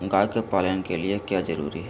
गाय के पालन के लिए क्या जरूरी है?